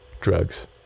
drugs